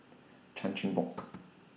Chan Chin Bock